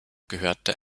gehörte